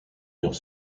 mirent